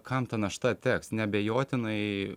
kam ta našta teks neabejotinai